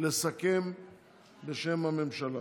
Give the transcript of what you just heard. לסכם בשם הממשלה.